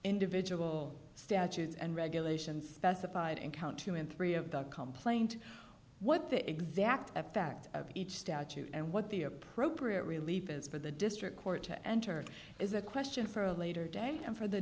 individual statutes and regulations specified in count two and three of the complaint what the exact facts of each statute and what the appropriate relief as for the district court to enter is a question for a later day and for the